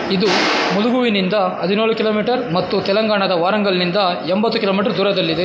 ಇದು ಮುಲುಗುವಿನಿಂದ ಹದಿನೇಳು ಕಿಲೋಮೀಟರ್ ಮತ್ತು ತೆಲಂಗಾಣದ ವಾರಂಗಲ್ನಿಂದ ಎಂಬತ್ತು ಕಿಲೋಮೀಟ್ರು ದೂರದಲ್ಲಿದೆ